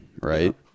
right